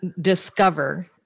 discover